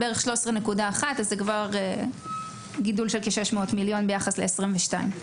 בערך 13.1. זה כבר גידול של כ-600 מיליון ביחס ל-2022.